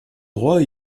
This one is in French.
droit